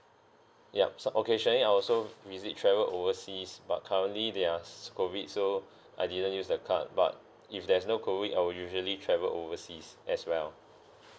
yup so okay surely I also visit travel overseas but currently there are COVID so I didn't use the card but if there's no COVID I will usually travel overseas as well